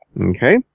Okay